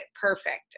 perfect